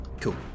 Cool